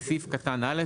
(1) בסעיף קטן (א),